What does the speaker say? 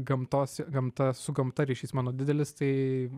gamtos gamta su gamta ryšys mano didelis tai